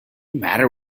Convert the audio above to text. matter